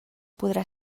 podrà